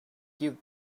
give